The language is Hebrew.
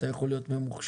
אתה יכול להיות ממוחשב,